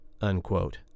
unquote